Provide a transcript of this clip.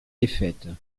défaites